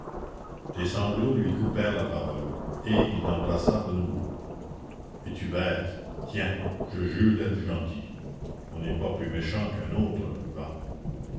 sanglots lui coupèrent la parole et il l'embrassa de nouveau es-tu bête tiens je jure d'être gentil on n'est pas plus méchant qu'un autre va